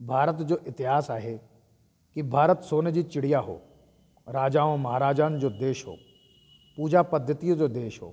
भारत जो इतिहास आहे की भारत सोन जी चिड़िया हो राजाऊं महाराजाउनि जो देशु हो पूजा पद्धितीअ जो देशु हो